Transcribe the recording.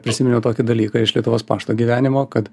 prisiminiau tokį dalyką iš lietuvos pašto gyvenimo kad